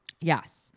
Yes